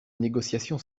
négociation